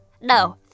no